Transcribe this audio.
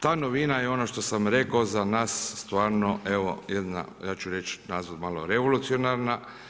Ta novina je ono što sam rekao za nas stvarno evo jedna ja ću reći nazvati malo revolucionarna.